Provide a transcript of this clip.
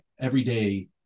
everyday